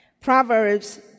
Proverbs